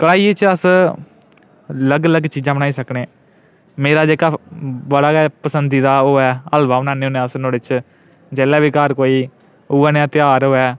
कड़ाही च अस लग्ग लग्ग चीजां बनाई सकने मेरा जेह्का बड़ा गै पसंदीदा ओह् ऐ हलवा बनान्ने होन्ने अस नुआढ़े च जेल्लै बी घर कोई उ'ऐ नेहा ध्यार होऐ